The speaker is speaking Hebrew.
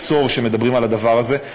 עשור שמדברים על הדבר הזה.